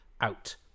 out